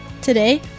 Today